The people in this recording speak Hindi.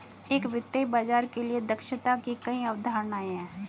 एक वित्तीय बाजार के लिए दक्षता की कई अवधारणाएं हैं